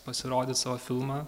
pasirodyt savo filmą